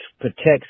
protects